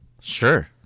Sure